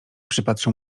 przypatrzę